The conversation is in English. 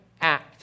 act